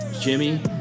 Jimmy